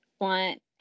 want